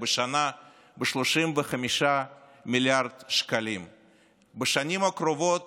ב-35 מיליארד שקלים בשנה, בשנים הקרובות